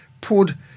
poured